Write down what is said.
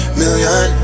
million